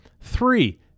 Three